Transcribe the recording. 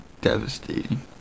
devastating